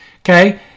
Okay